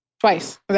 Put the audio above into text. Twice